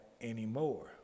anymore